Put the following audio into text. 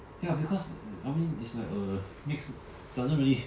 ya because normally is like a mix it doesn't really